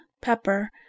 pepper